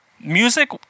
music